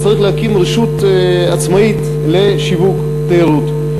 צריך להקים רשות עצמאית לשיווק תיירות.